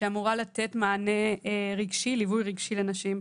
שאמורה לתת מענה רגשי וליווי רגשי לנשים.